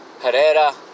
Herrera